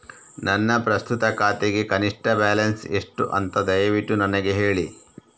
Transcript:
ನನ್ನ ಪ್ರಸ್ತುತ ಖಾತೆಗೆ ಕನಿಷ್ಠ ಬ್ಯಾಲೆನ್ಸ್ ಎಷ್ಟು ಅಂತ ದಯವಿಟ್ಟು ನನಗೆ ಹೇಳಿ